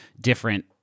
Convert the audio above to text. different